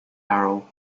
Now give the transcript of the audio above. errol